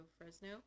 Fresno